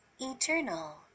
eternal